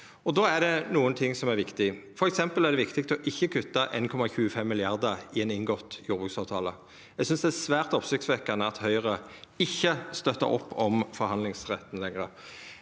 Då er det nokre ting som er viktige, f.eks. er det viktig å ikkje kutta 1,25 mrd. kr i ein inngått jordbruksavtale. Eg synest det er svært oppsiktsvekkjande at Høgre ikkje støttar opp om forhandlingsretten lenger.